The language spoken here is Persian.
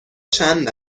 چند